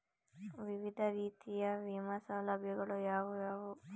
ವಿವಿಧ ರೀತಿಯ ವಿಮಾ ಸೌಲಭ್ಯಗಳು ಯಾವುವು?